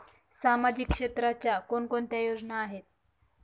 सामाजिक क्षेत्राच्या कोणकोणत्या योजना आहेत?